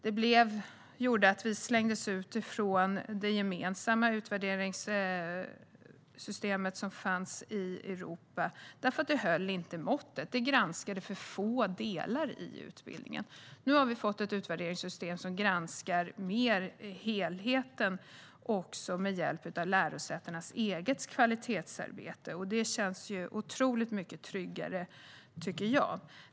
Eftersom det inte höll måttet och granskade för få delar i utbildningen slängdes vi ut från det europeiska gemensamma utvärderingssystemet. Nu har vi fått ett utvärderingssystem som mer granskar helheten och som gör det utifrån lärosätenas kvalitetsarbete. Det känns otroligt mycket tryggare, tycker jag.